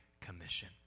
commission